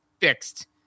fixed